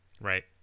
Right